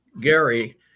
Gary